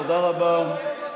תודה רבה.